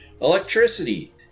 Electricity